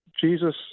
Jesus